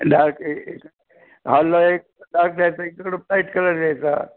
dark ए हॉलला एक डार्क द्यायचा एकीकडं लाईट कलर द्यायचा